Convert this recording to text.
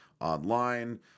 online